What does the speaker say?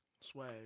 Swag